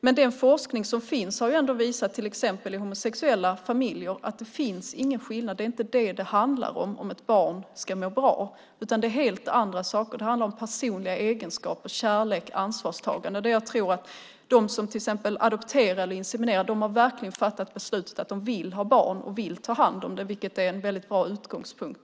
Men den forskning som finns när det till exempel gäller homosexuella familjer har visat att det inte finns någon skillnad. Det är inte det som avgör om ett barn ska må bra, utan det är helt andra saker. Det handlar om personliga egenskaper, kärlek och ansvarstagande. De som till exempel adopterar eller inseminerar har verkligen fattat beslutet att de vill ha barn och vill ta hand om det, vilket är en mycket bra utgångspunkt.